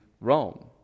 Rome